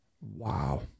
Wow